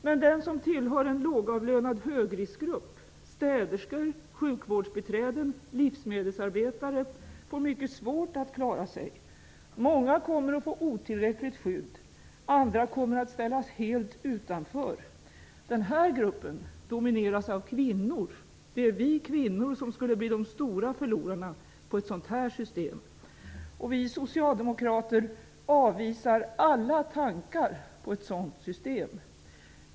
Men de som tillhör en lågavlönad högriskgrupp -- städerskor, sjukvårdsbiträden eller livsmedelsarbetare -- får mycket svårt att klara sig. Många kommer att få ett otillräckligt skydd. Andra kommer att ställas helt utanför. Den här gruppen domineras av kvinnor. Det är vi kvinnor som skulle bli de stora förlorarna med ett sådant här system. Vi socialdemokrater avvisar alla tankar på ett sådant system.